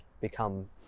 become